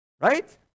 Right